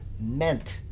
meant